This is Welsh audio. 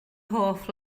hoff